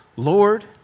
Lord